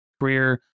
career